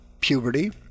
puberty